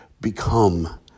become